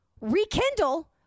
Rekindle